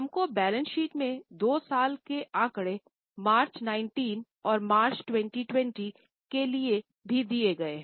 हम को balance sheet के 2 साल के आंकड़े मार्च 19 और मार्च 2020 के लिए भी दिए गए हैं